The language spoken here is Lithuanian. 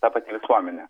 ta pati visuomenė